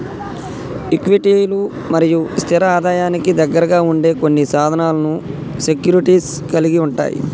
ఈక్విటీలు మరియు స్థిర ఆదాయానికి దగ్గరగా ఉండే కొన్ని సాధనాలను సెక్యూరిటీస్ కలిగి ఉంటయ్